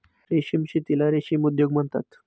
रेशीम शेतीला रेशीम उद्योग म्हणतात